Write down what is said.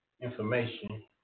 information